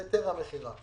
זה היתר המכירה.